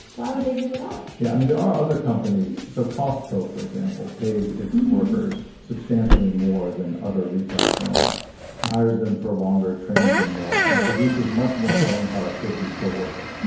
why would they give it up yeah i mean there are other companies. so costco for example pays its workers substantially more than other retail firms hires them for longer trains them more and produces much more selling productivity per worker.